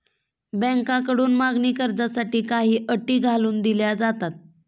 बँकांकडून मागणी कर्जासाठी काही अटी घालून दिल्या जातात